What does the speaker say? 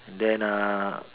then ah